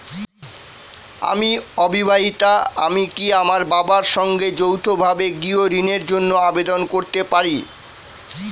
আমি অবিবাহিতা আমি কি আমার বাবার সঙ্গে যৌথভাবে গৃহ ঋণের জন্য আবেদন করতে পারি?